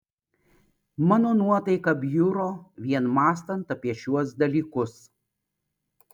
mano nuotaika bjuro vien mąstant apie šiuos dalykus